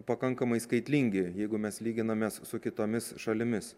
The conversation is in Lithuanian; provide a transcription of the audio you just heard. pakankamai skaitlingi jeigu mes lyginamės su kitomis šalimis